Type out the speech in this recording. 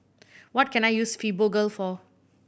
what can I use Fibogel for